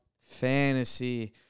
Fantasy